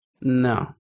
No